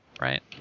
right